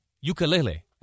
ukulele